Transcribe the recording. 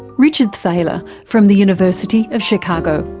richard thaler, from the university of chicago.